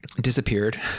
disappeared